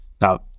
Now